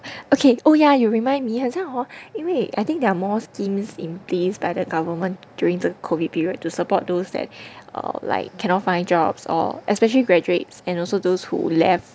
okay oh yeah you remind me 很像 oh 因为 I think there are more schemes in place by the government during the COVID period to support those that err like cannot find jobs or especially graduates and also those who left